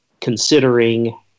considering